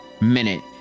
minute